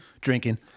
Drinking